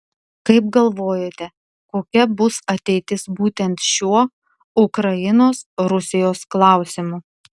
kaip galvojate kokia bus ateitis būtent šiuo ukrainos rusijos klausimu